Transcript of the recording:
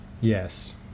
Yes